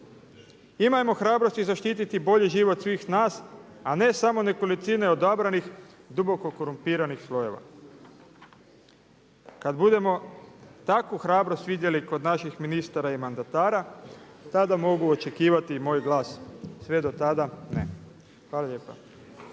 Imajmo hrabrosti zaštiti bolji život svih nas, a ne samo nekolicine odabranih duboko korumpiranih slojeva. Kad budemo takvu hrabrost vidjeli kod naših ministara i mandatara tada mogu očekivati i moj glas. Sve do tada ne. Hvala lijepa.